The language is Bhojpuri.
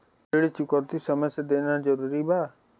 ऋण चुकौती समय से देना जरूरी बा?